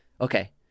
Okay